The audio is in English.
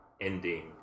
ending